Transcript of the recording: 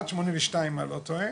עד 1982, אם אני לא טועה.